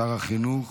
שר החינוך,